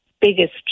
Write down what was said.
biggest